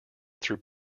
through